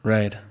Right